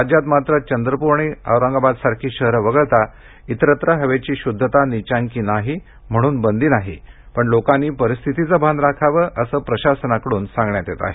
राज्यात मात्र चंद्रप्र आणि औरंगाबाद सारखी शहर वगळता इतरत्र हवेची शुद्धता नीचांकी नाही म्हणून बंदी नाही पण लोकांनी परिस्थितीचं भान राखावं असं प्रशासनाकडून सांगण्यात येतं आहे